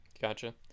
Gotcha